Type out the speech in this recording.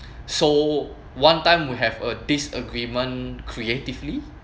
so one time we have a disagreement creatively